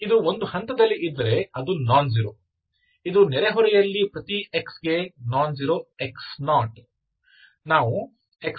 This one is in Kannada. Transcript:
ಇದು ಒಂದು ಹಂತದಲ್ಲಿ ಇದ್ದರೆ ಅದು ನಾನ್ ಜೀರೋ ಇದು ನೆರೆಹೊರೆಯಲ್ಲಿ ಪ್ರತಿ x ಗೆ ನಾನ್ ಜೀರೋ x0